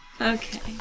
Okay